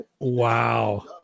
Wow